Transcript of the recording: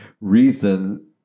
reason